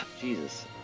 Jesus